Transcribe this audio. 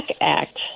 Act